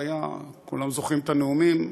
כולם זוכרים את הנאומים,